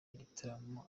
igitaramo